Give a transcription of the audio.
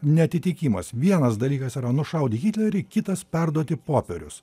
neatitikimas vienas dalykas yra nušaut hitlerį kitas perduoti popierius